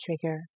trigger